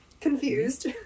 confused